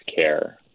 care